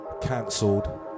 Cancelled